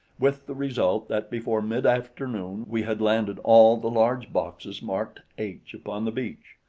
with the result that before mid-afternoon we had landed all the large boxes marked h upon the beach,